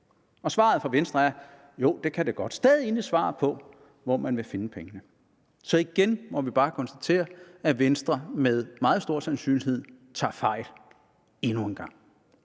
Og svaret fra Venstre er: Jo, det kan det godt. Der er stadig intet svar på, hvor man vil finde pengene. Så igen må vi bare konstatere, at Venstre med meget stor sandsynlighed tager fejl endnu en gang.